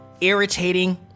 irritating